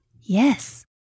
Yes